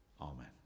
Amen